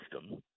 system